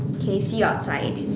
okay see you outside